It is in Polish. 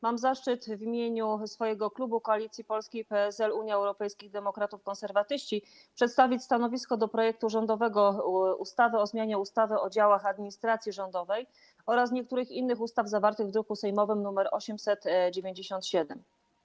Mam zaszczyt w imieniu swojego klubu Koalicja Polska - PSL - Unia Europejskich Demokratów - Konserwatyści przedstawić stanowisko wobec rządowego projektu ustawy o zmianie ustawy o działach administracji rządowej oraz niektórych innych ustaw, zawartego w druku sejmowym nr 897.